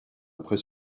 après